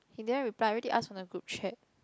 he didn't reply I already ask from the group chat